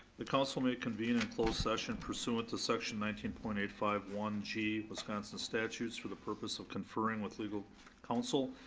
the council may convene in closed session pursuant to section nineteen point eight five, one g, wisconsin statues, for the purpose of conferring with legal counsel,